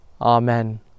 Amen